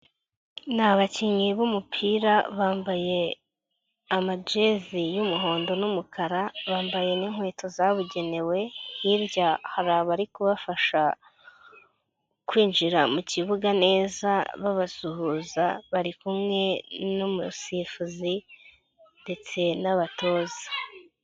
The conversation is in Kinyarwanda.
Ni abakinnyi b'umupira bambaye amajesi y'umuhondo n'umukara, bambaye n'inkweto zabugenewe, hirya hari abari kubafasha kwinjira mu kibuga neza, babasuhuza, bari kumwe n'umusifuzi ndetse n'abatoza.